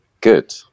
Good